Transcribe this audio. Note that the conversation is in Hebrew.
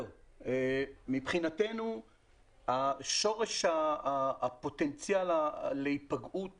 בסביבת הכניסה לבית הספר שמבחינתנו שורש הפוטנציאל להיפגעות